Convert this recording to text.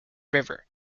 river